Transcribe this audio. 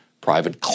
private